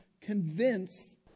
convince